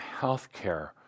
healthcare